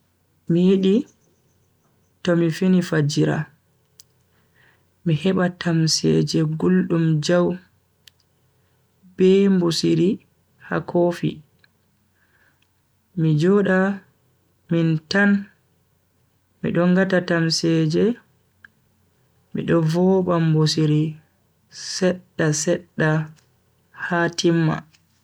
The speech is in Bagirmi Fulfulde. Mi yidi tomi fini fajjira, mi heba tamseje guldum jau be mbusiri ha kofi, mi joda min tan mido ngata tamseje mido vooba mbusiri sedda sedda ha timma.